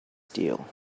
steel